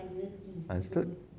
understood